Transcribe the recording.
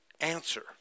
answer